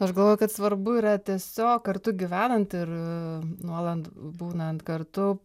aš galvoju kad svarbu yra tiesiog kartu gyvenant ir nuolat būnant kartu